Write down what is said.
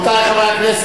רבותי חברי הכנסת,